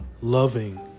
loving